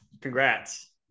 Congrats